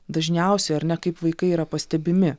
dažniausiai ar ne kaip vaikai yra pastebimi